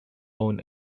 own